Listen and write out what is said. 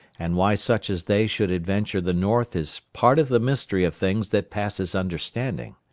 and why such as they should adventure the north is part of the mystery of things that passes understanding.